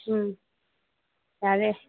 ꯎꯝ ꯌꯥꯔꯦ